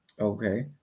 Okay